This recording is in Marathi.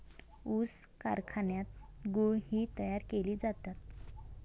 ऊस कारखान्यात गुळ ही तयार केले जातात